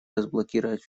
разблокировать